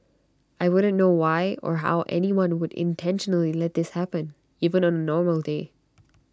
I wouldn't know why or how anyone would intentionally let this happen even on A normal day